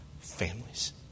families